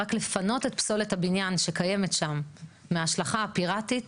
רק לפנות את פסולת הבניין שקיימת שם מההשלכה הפיראטית